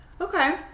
Okay